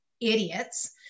idiots